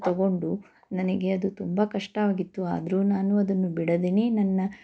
ತಗೊಂಡು ನನಗೆ ಅದು ತುಂಬ ಕಷ್ಟ ಆಗಿತ್ತು ಆದರೂ ನಾನು ಅದನ್ನು ಬಿಡದೇನೆ ನನ್ನ